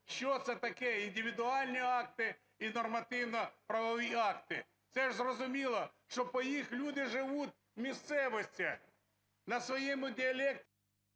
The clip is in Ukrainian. Що це таке: "індивідуальні акти і нормативно-правові акти". Це ж зрозуміло, що по їх люди живуть в місцевостях, на своєму діалекті…